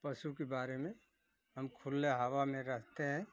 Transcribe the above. पशु के बारे में हम खुली हवा में रहते हैं